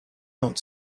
not